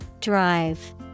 Drive